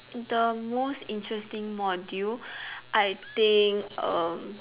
the most interesting module I think um